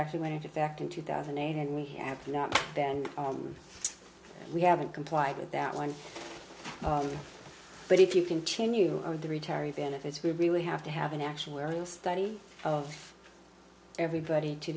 actually went into effect in two thousand and eight and we have not then we haven't complied with that one but if you continue the retiree benefits we really have to have an actuarial study of everybody to